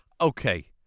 Okay